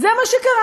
זה מה שקרה.